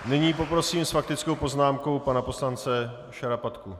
Nyní poprosím s faktickou poznámkou pana poslance Šarapatku.